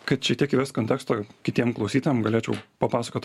kad šiek tiek įvest konteksto kitiem klausytojam galėčiau papasakot